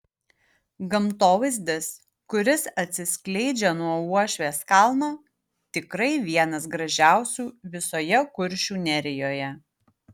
gamtovaizdis kuris atsiskleidžia nuo uošvės kalno tikrai vienas gražiausių visoje kuršių nerijoje